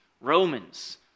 Romans